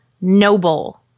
noble